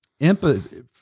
empathy